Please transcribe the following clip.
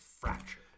fractured